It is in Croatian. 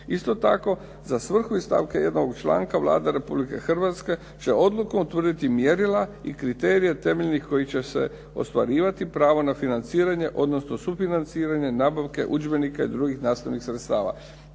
Isto tako, za svrhu iz stavka 1. ovog članka, Vlada Republike Hrvatske će odlukom utvrditi mjerila i kriterije temeljem kojih će se ostvarivati pravo na financiranje, odnosno sufinanciranje nabavke udžbenika i drugih nastavnih sredstava.